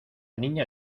niña